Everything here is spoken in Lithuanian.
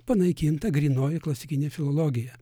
panaikinta grynoji klasikinė filologija